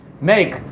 make